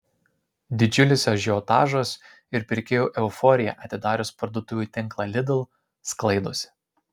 didžiulis ažiotažas ir pirkėjų euforija atidarius parduotuvių tinklą lidl sklaidosi